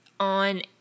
On